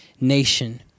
nation